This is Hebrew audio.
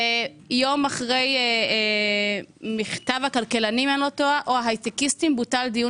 יום אחרי מכתב הכלכלנים או ההייטקיסטים בוטל דיון